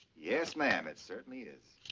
yes, ma'am, it certainly is.